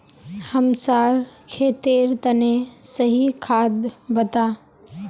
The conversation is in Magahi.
हमसार खेतेर तने सही खाद बता